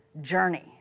journey